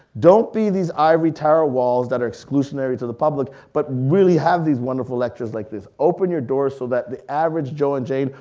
don't be these ivory tower walls that are exclusionary to the public. but really have these wonderful lectures like this. open your doors so that the average joe and jane,